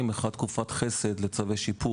תמסור פרטים, אנשים ילמדו.